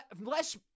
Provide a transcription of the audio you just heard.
less